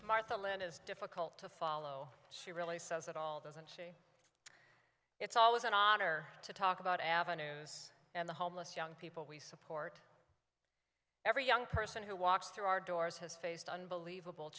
martha lynn is difficult to follow she really says it all doesn't change it's always an otter to talk about avenues and the homeless young people we support every young person who walks through our doors has faced unbelievable